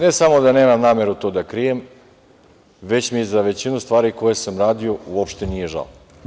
Ne samo da nemam nameru to da krijem, već mi za većinu stvari koje sam radio uopšte nije žao.